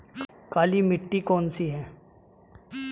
काली मिट्टी कौन सी है?